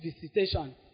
visitation